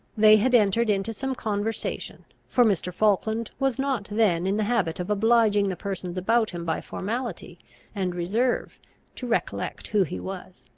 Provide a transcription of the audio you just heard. they had entered into some conversation, for mr. falkland was not then in the habit of obliging the persons about him by formality and reserve to recollect who he was.